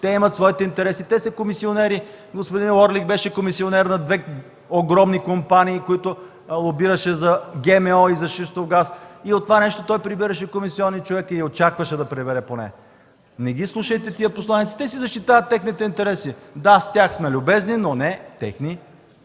Те имат своите интереси, те са комисионери.” Господин Уорлик беше комисионер на две огромни компании. Лобираше за ГМО и за шистов газ. От това нещо той прибираше комисионни, или поне очакваше да прибере. Не ги слушайте тези посланици, те си защитават техните интереси. Да, с тях сме любезни, но не техни